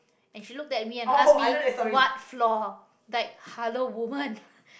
and she looked at me and asked what floor like hello woman